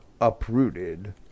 uprooted